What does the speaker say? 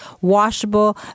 washable